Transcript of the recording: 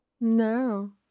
No